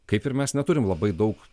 kaip ir mes neturim labai daug